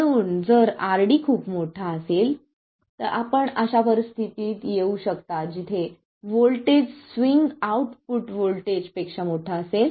म्हणून जर RD खूप मोठा असेल आपण अशा परिस्थितीत येऊ शकता जिथे व्होल्टेज स्विंग आउटपुट व्होल्टेजपेक्षा मोठा असेल